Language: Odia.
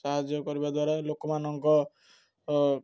ସାହାଯ୍ୟ କରିବା ଦ୍ୱାରା ଲୋକମାନଙ୍କ